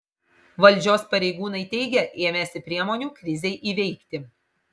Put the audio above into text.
valdžios pareigūnai teigia ėmęsi priemonių krizei įveikti